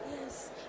yes